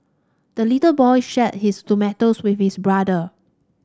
the little boy shared his tomatoes with his brother